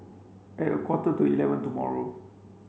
at a quarter to eleven tomorrow